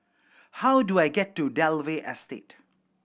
how do I get to Dalvey Estate